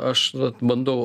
aš vat bandau